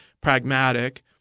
pragmatic